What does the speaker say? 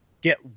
get